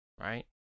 right